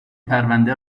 پرونده